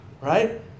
Right